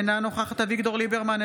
אינה נוכחת אביגדור ליברמן,